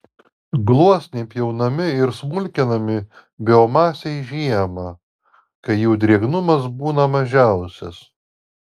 gluosniai pjaunami ir smulkinami biomasei žiemą kai jų drėgnumas būna mažiausias